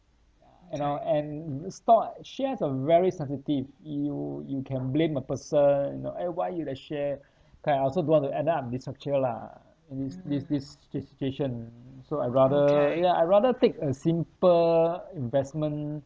and uh and stock shares are very sensitive you you can blame a person you know eh why you the share K I also don't want to end up in this structure lah in this this si~ situation so I rather ya I rather take a simple investment